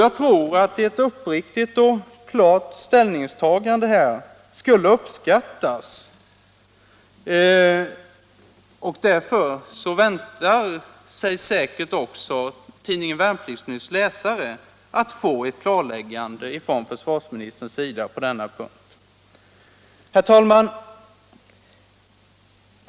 Jag tror att ett uppriktigt och klart ställningstagande här skulle uppskattas och att också tidningen Värnplikts-Nytts läsare är intresserade av att få ett klarläggande från försvarsministern 15 Om arbetarskyddet inom försvaret på denna punkt. Herr talman!